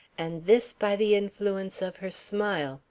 and this by the influence of her smile,